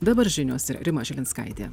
dabar žinios ir rima žilinskaitė